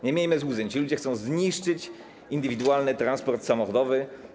Nie miejmy złudzeń, ci ludzie chcą zniszczyć indywidualny transport samochodowy.